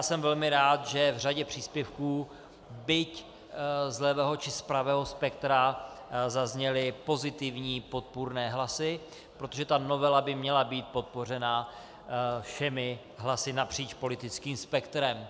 Jsem velmi rád, že v řadě příspěvků, byť z levého či z pravého spektra, zazněly pozitivní podpůrné hlasy, protože novela by měla být podpořena všemi hlasy napříč politickým spektrem.